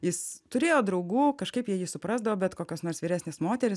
jis turėjo draugų kažkaip jie jį suprasdavo bet kokios nors vyresnės moterys